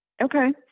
Okay